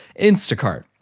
Instacart